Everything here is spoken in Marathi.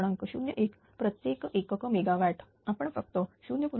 01 प्रत्येक एकक मेगावॅट आपण फक्त 0